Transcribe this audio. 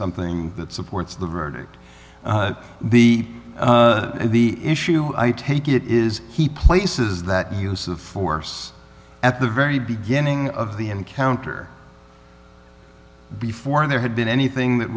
something that supports the verdict the the issue i take it is he places that use of force at the very beginning of the encounter before there had been anything that